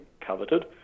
coveted